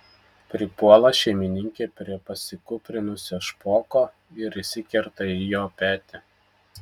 pripuola šeimininkė prie pasikūprinusio špoko ir įsikerta į jo petį